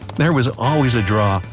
there was always a draw,